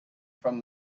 from